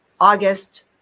August